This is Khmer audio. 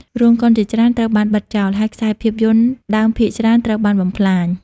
រោងកុនជាច្រើនត្រូវបានបិទចោល ហើយខ្សែភាពយន្តដើមភាគច្រើនត្រូវបានបំផ្លាញ។